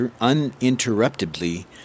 uninterruptedly